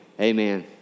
amen